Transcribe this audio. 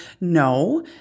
no